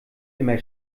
immer